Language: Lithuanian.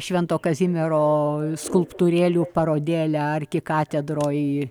švento kazimiero skulptūrėlių parodėlę arkikatedroje